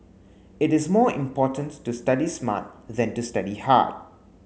it is more important to study smart than to study hard